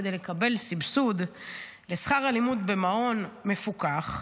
כדי לקבל סבסוד לשכר לימוד במעון מפוקח,